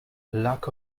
lack